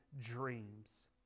dreams